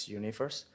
universe